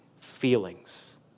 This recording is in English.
feelings